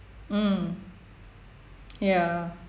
mm ya